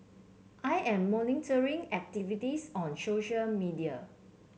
I am monitoring activities on social media